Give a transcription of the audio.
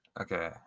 okay